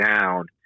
down